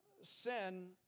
Sin